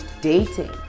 dating